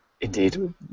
Indeed